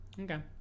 okay